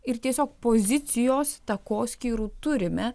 ir tiesiog pozicijos takoskyrų turime